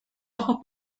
ojos